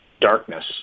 darkness